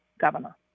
governor